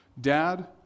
Dad